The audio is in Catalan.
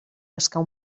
pescar